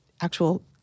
actual